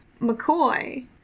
McCoy